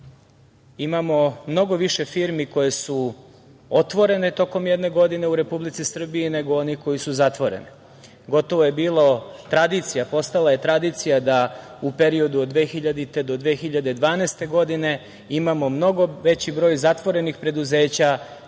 imamo mnogo više firmi koje su otvorene tokom jedne godine u Republici Srbiji, nego onih koje su zatvorene. Gotovo je bila tradicija, postala je tradicija da u periodu od 2000. do 2012. godine imamo mnogo veći broj zatvorenih preduzeća